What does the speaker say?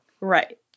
Right